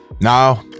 Now